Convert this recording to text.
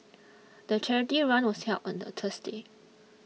the charity run was held on the Thursday